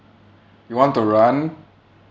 you want to run